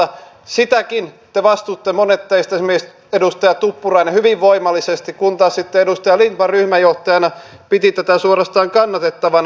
sitäkin te vastustitte monet teistä esimerkiksi edustaja tuppurainen hyvin voimallisesti kun taas sitten edustaja lindtman ryhmänjohtajana piti tätä suorastaan kannatettavana